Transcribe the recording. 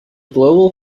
global